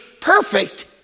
perfect